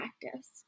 practice